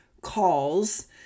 calls